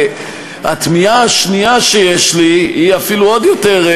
התמיהה השנייה שיש לי היא אפילו עוד יותר,